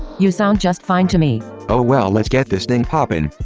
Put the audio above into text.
you sound just fine to me oh well, let's get this thing poppin'.